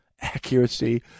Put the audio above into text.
accuracy